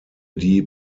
die